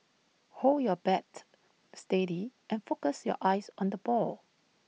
hold your bat steady and focus your eyes on the ball